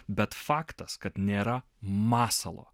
bet faktas kad nėra masalo